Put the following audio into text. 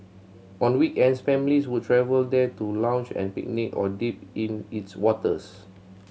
on weekends families would travel there to lounge and picnic or dip in its waters